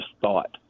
thought